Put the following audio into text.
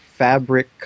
Fabric